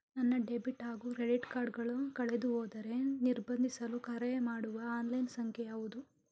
ನನ್ನ ಡೆಬಿಟ್ ಹಾಗೂ credit card ಕಳೆದುಹೋದರೆ ನಿರ್ಬಂಧಿಸಲು ಕರೆಮಾಡುವ ಆನ್ಲೈನ್ ಸಂಖ್ಯೆಯಾವುದು?